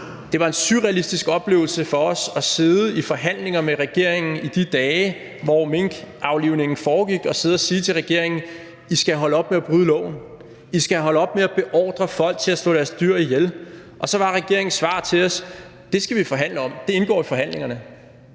Det var en surrealistisk oplevelse for os at sidde i forhandlinger med regeringen i de dage, hvor minkaflivningen foregik, og sidde og sige til regeringen: I skal holde op med at bryde loven; I skal holde op med at beordre folk til at slå deres dyr ihjel. Og så var regeringens svar til os: Det skal vi forhandle om; det indgår i forhandlingerne.